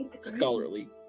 scholarly